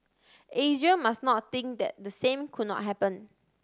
Asia must not think that the same could not happen